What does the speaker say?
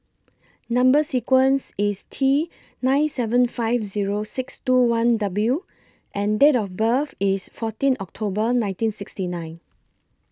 Number sequence IS T nine seven five Zero six two one W and Date of birth IS fourteen October nineteen sixty nine